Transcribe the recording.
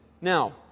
Now